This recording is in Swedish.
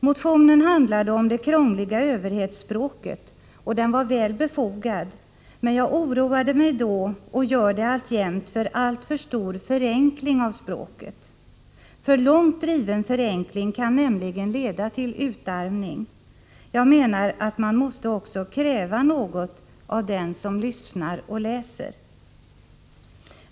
Motionen handlade om det krångliga överhetsspråket, och den var väl befogad, men jag oroade mig då och gör det alltjämt för alltför stor förenkling av språket. För långt driven förenkling kan nämligen leda till utarmning. Jag menar att man måste också kräva något av den som lyssnar och läser.